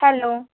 hello